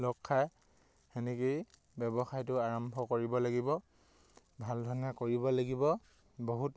লগখাই সেনেকৈয়ে ব্যৱসায়টো আৰম্ভ কৰিব লাগিব ভালধৰণে কৰিব লাগিব বহুত